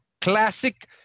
classic